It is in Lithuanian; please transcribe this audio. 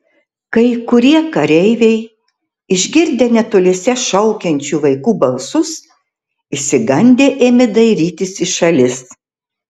kai kurie kareiviai išgirdę netoliese šaukiančių vaikų balsus išsigandę ėmė dairytis į šalis